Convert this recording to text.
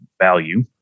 value